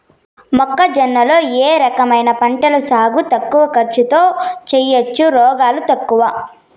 మొక్కజొన్న లో ఏ రకమైన పంటల సాగు తక్కువ ఖర్చుతో చేయచ్చు, రోగాలు తక్కువ?